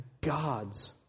God's